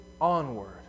onward